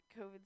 COVID